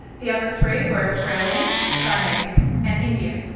the other three were australian, chinese and indian.